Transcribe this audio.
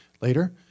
later